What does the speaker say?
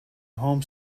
home